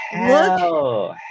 Look